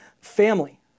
family